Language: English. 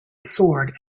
sword